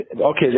okay